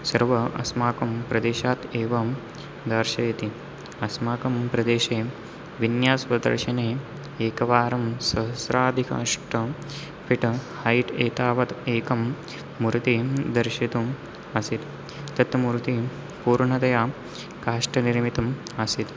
सर्वम् अस्माकं प्रदेशात् एव दर्शयति अस्माकं प्रदेशे विन्यासप्रदर्शने एकवारं सहस्राधिककाष्ठं फ़िट हैट् एतावत् एकं मूर्तिं दर्शितम् आसीत् तत् मूर्तिः पूर्णतया काष्ठनिर्मितम् आसीत्